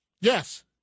Yes